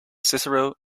cicero